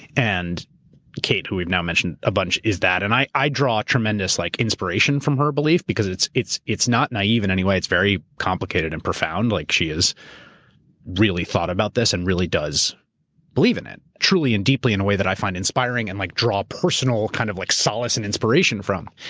and kate who we've now mentioned a bunch is that, and i i draw tremendous like inspiration from her belief because it's it's not naive in any way. it's very complicated and profound. like she has really thought about this and really does believe in it truly and deeply in a way that i find inspiring and like draw personal kind of like solace and inspiration from.